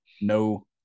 no